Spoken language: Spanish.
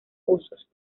usos